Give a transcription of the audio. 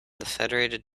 federated